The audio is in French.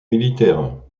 militaire